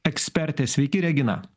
ekspertė sveiki regina